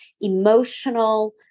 emotional